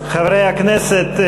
חברי הכנסת,